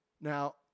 Now